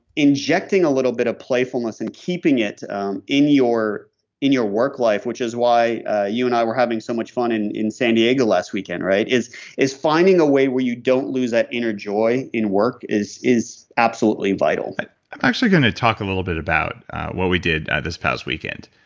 injecting a little bit of playfulness and keeping it um in your in your work life which is why ah you and i were having so much fun in in san diego last weekend is is finding a way where you don't lose that inner joy in work is is absolutely vital but i'm actually going to talk a little bit about what we did this past weekend.